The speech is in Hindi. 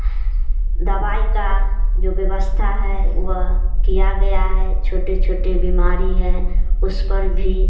दवाई का जो व्यवस्था है वह किया गया है छोटे छोटे बीमारी हैं उस पर भी